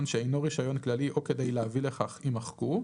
שאינו רישיון כללי או כדי להביא לכך" יימחקו,